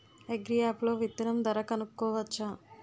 Agri app లో విత్తనం ధర కనుకోవచ్చా?